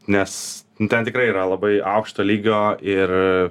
nes ten tikrai yra labai aukšto lygio ir